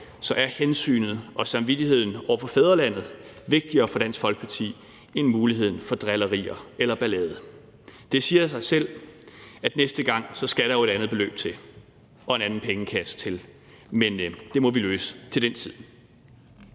af, er hensynet til og samvittigheden over for fædrelandet vigtigere for Dansk Folkeparti end muligheden for drillerier eller ballade. Det siger sig selv, at næste gang skal der jo et andet beløb til og en anden pengekasse til, men det må vi løse den tid.